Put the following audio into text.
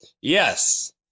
Yes